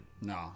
No